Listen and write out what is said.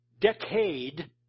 decade